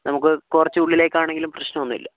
നമുക്ക് കുറച്ച് ഉള്ളിലേക്കാണെങ്കിലും പ്രശ്നം ഒന്നുമില്ല